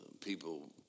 people